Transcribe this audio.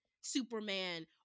Superman